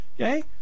Okay